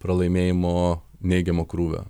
pralaimėjimo neigiamo krūvio